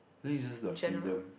then is just the freedom